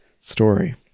story